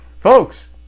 Folks